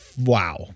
Wow